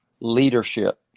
leadership